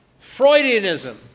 Freudianism